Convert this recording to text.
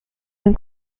dem